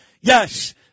Yes